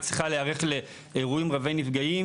היא צריכה להיערך לאירועים רבי נפגעים